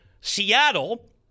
seattle